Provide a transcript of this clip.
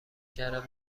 کردم